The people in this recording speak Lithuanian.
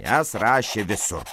s rašė visur